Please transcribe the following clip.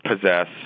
possess